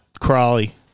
Crawley